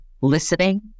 listening